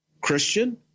Christian